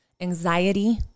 anxiety